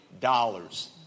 dollars